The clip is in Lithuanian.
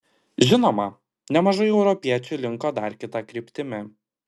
žinoma nemažai europiečių linko dar kita kryptimi